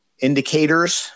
indicators